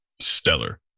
Stellar